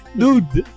dude